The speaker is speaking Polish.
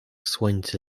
słońce